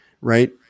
Right